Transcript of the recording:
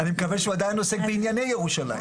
אני מקווה שהוא עדיין עוסק בענייני ירושלים.